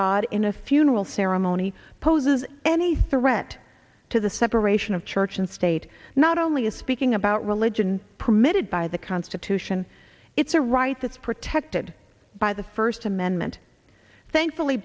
god in a funeral ceremony poses any threat to the separation of church and state not only is speaking about religion permitted by the constitution it's a right that's protected by the first amendment thankfully